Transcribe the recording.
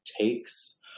takes